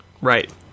Right